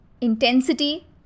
intensity